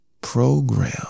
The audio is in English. Program